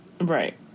Right